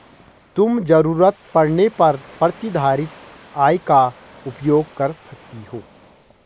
तुम ज़रूरत पड़ने पर प्रतिधारित आय का उपयोग कर सकती हो